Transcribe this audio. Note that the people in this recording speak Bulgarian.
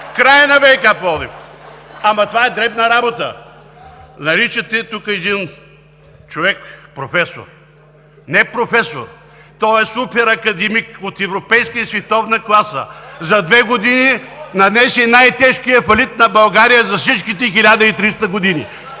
Краят на ВиК – Пловдив. Ама това е дребна работа! Наричате тук един човек професор. Не е професор, той е супер академик от европейска и световна класа. За две години нанесе най-тежкия фалит на България за всичките 1300 години.